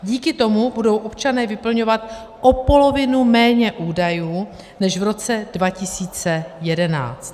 Díky tomu budou občané vyplňovat o polovinu méně údajů než v roce 2011.